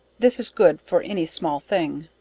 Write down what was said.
this is good for any small thing.